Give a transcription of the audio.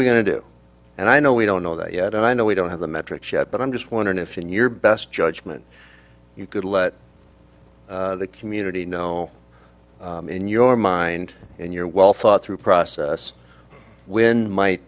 we going to do and i know we don't know that yet and i know we don't have the metrics yet but i'm just wondering if in your best judgment you could let the community know in your mind and your well thought through process when might